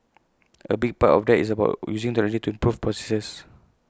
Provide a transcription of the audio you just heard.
A big part of that is about using technology to improve processes